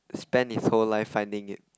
spend his whole life finding it